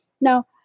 Now